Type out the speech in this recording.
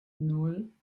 nan